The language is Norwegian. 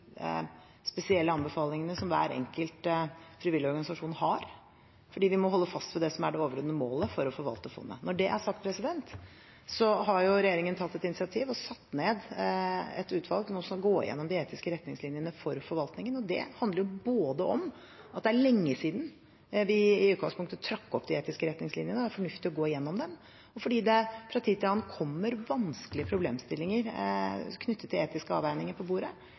spesielle anbefalingene som hver enkelt frivillig organisasjon har – vi må holde fast ved det som er det overordnede målet for forvaltningen av fondet. Når det er sagt, har regjeringen tatt et initiativ og satt ned et utvalg som nå skal gå igjennom de etiske retningslinjene for forvaltningen. Det handler både om at det er lenge siden vi i utgangspunktet trakk opp de etiske retningslinjene, og at det er fornuftig å gå gjennom dem, og at det fra tid til annen kommer vanskelige problemstillinger knyttet til etiske avveininger på bordet